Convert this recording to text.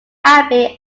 abbey